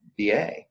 va